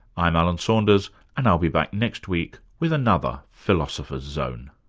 i'm alan saunders and i'll be back next week with another philosopher's zone